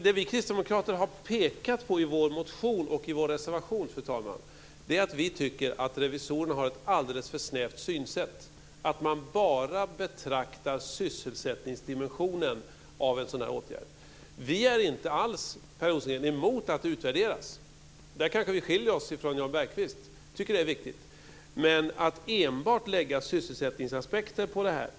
Det vi kristdemokrater har pekat på i vår motion och i vår reservation, fru talman, är att vi tycker att revisorerna har ett alldeles för snävt synsätt när de bara betraktar sysselsättningsdimensionen av en sådan åtgärd. Vi är inte alls, Per Rosengren, emot att det utvärderas. Där kanske vi skiljer oss från Jan Bergqvist. Vi tycker att det är viktigt. Men att enbart anlägga sysselsättningsaspekter på detta är fel.